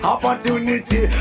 Opportunity